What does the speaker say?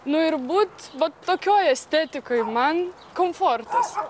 nu ir būt va tokioj estetikoj man komfortas